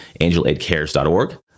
angelaidcares.org